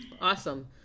Awesome